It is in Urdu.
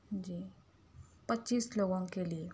جی پچیس لوگوں کے لیے